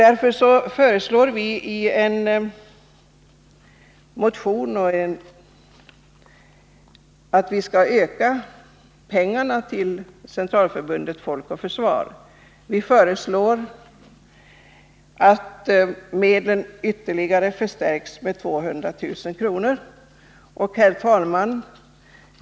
Därför föreslår vi i en motion att medlen till Centralförbundet Folk och försvar förstärks med ytterligare 200 000 kr. Herr talman!